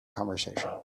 conversation